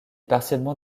partiellement